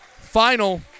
final